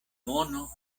mono